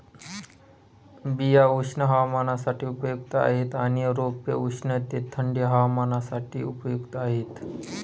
बिया उष्ण हवामानासाठी उपयुक्त आहेत आणि रोपे उष्ण ते थंडी हवामानासाठी उपयुक्त आहेत